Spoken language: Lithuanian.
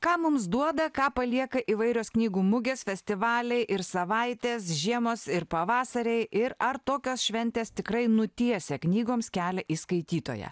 ką mums duoda ką palieka įvairios knygų mugės festivaliai ir savaitės žiemos ir pavasariai ir ar tokios šventės tikrai nutiesia knygoms kelią į skaitytoją